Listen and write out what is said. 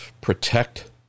protect